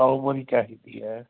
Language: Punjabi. ਸੌ ਬੋਰੀ ਚਾਹੀਦੀ ਆ